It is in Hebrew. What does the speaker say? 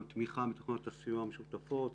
גם תמיכה מתוכניות הסיוע המשותפות